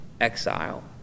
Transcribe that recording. exile